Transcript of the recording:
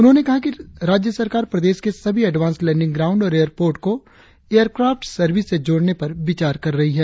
उन्होंने कहा कि राज्य सरकार प्रदेश के सभी एडवांस लेंडिंग ग्राउण्ड और एयरपर्ट को एयरक्राफ्ट सर्विस से जोड़ने पर विचार कर रही है